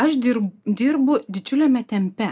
aš dirbu dirbu didžiuliame tempe